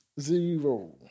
Zero